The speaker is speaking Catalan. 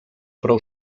prou